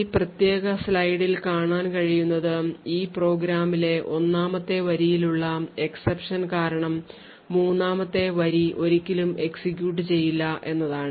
ഈ പ്രത്യേക സ്ലൈഡിൽ കാണാൻ കഴിയുന്നത് ഈ പ്രോഗ്രാമിലെ ഒന്നാമത്തെ വരിയിൽ ഉള്ള exception കാരണം മൂന്നാമത്തെ വരി ഒരിക്കലും execute ചെയ്യില്ല എന്നതാണ്